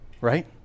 Right